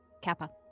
Kappa